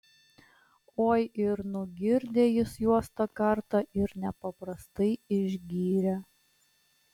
oi ir nugirdė jis juos tą kartą ir nepaprastai išgyrė